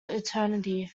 eternity